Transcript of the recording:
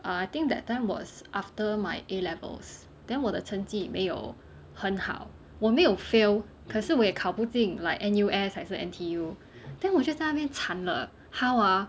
err I think that time was after my A levels then 我的成绩没有很好我没有 fail 可是我也考不进 like N_U_S 还是 N_T_U then 我就在那边惨了 how ah